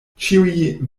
ĉiuj